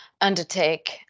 undertake